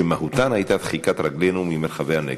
שמהותן הייתה דחיקת רגלינו ממרחבי הנגב.